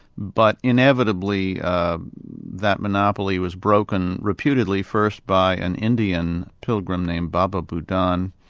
but inevitably that monopoly was broken reputedly first by an indian pilgrim named baba budan,